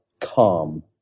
calm